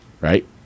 right